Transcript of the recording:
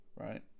right